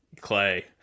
Clay